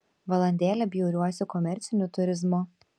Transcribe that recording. valandėlę bjauriuosi komerciniu turizmu